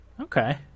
Okay